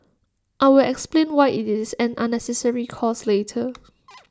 I'll explain why IT is an unnecessary cost later